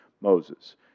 Moses